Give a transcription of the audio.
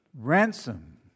Ransom